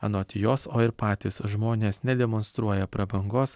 anot jos o ir patys žmonės nedemonstruoja prabangos